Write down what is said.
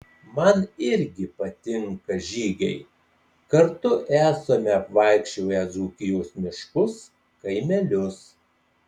man irgi patinka žygiai kartu esame apvaikščioję dzūkijos miškus kaimelius